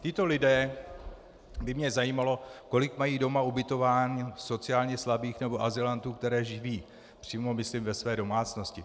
Tito lidé, by mě zajímalo, kolik mají doma ubytováno sociálně slabých nebo azylantů, které živí, přímo myslím ve své domácnosti.